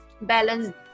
balance